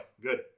good